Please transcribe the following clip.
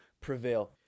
prevail